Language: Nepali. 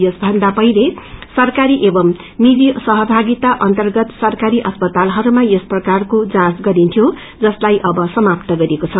यसभन्दा पहिले सरकारी एवं निजी सहभागिता अर्न्तगत सरकारी अस्पतालहरूमा यस प्रकारको जाँच गरिन्थ्यो जसलाई अब समाप्त गरिएको छ